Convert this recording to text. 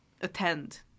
attend